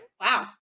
wow